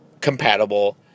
Compatible